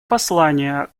послание